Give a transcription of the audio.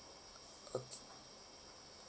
okay